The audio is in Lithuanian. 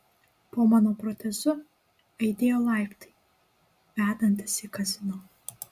po mano protezu aidėjo laiptai vedantys į kazino